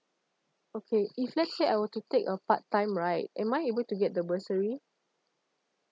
okay if let's say I were to take a part time right am I able to get the bursary